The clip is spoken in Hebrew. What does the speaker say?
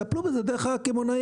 טפלו בזה דרך הקמעונאים.